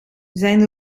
zijn